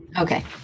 okay